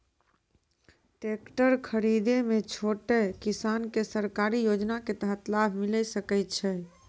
Tractor खरीदै मे छोटो किसान के सरकारी योजना के तहत लाभ मिलै सकै छै?